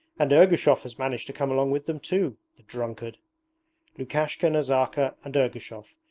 and ergushov has managed to come along with them too! the drunkard lukashka, nazarka, and ergushov,